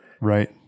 Right